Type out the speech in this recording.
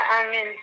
Amen